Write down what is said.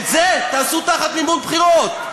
את זה תעשו תחת מימון בחירות.